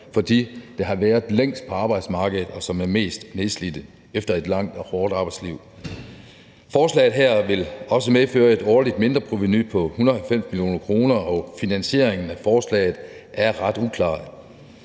for dem, der har været længst på arbejdsmarkedet, og som er mest nedslidte efter et langt og hårdt arbejdsliv. Forslaget her vil også medføre et årligt mindreprovenu på 190 mio. kr., og finansieringen af forslaget er ret uklart.